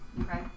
Okay